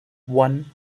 one